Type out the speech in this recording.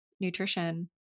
nutrition